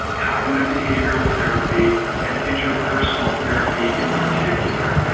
cognitive behavioural therapy and interpersonal therapy in particular,